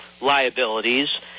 liabilities